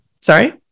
Sorry